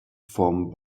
vom